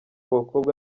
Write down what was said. bakobwa